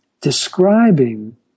describing